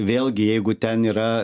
vėlgi jeigu ten yra